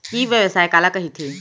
ई व्यवसाय काला कहिथे?